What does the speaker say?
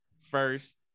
first